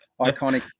iconic